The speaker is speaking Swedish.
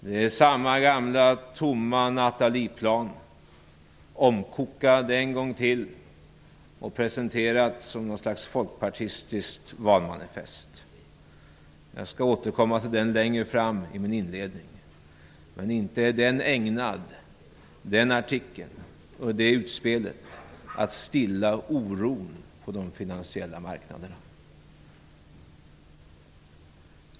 Det är samma gamla tomma Nathalieplan, omkokad en gång till och presenterad som något slags folkpartistiskt valmanifest. Jag skall återkomma till det längre fram i min inledning. Inte är den artikeln och det utspelet ägnade att stilla oron på de finansiella marknaderna.